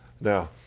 Now